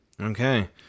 Okay